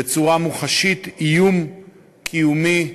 בצורה מוחשית, איום קיומי,